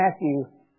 Matthew